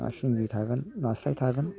ना सिंगि थागोन नास्राय थागोन